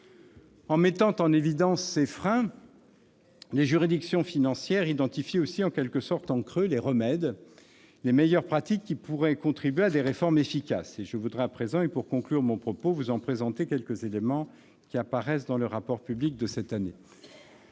En mettant en évidence ces freins, les juridictions financières identifient aussi, en quelque sorte en creux, les remèdes, les meilleures pratiques qui pourraient contribuer à des réformes efficaces. Je voudrais à présent et pour conclure mon propos vous en présenter quelques éléments, qui apparaissent dans le rapport public de cette année.